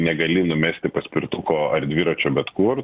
negali numesti paspirtuko ar dviračio bet kur